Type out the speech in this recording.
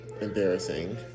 embarrassing